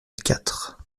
quatre